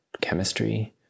chemistry